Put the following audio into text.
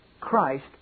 Christ